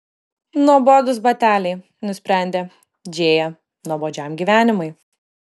nuobodūs bateliai nusprendė džėja nuobodžiam gyvenimui